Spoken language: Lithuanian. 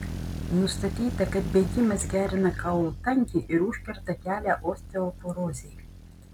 nustatyta kad bėgimas gerina kaulų tankį ir užkerta kelią osteoporozei